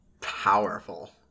Powerful